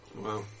Wow